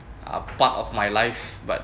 are part of my life but